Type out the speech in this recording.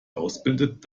ausbildet